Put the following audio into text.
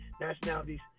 nationalities